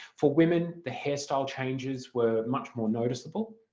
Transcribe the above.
for women the hairstyle changes were much more noticeable